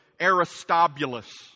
Aristobulus